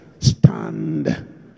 stand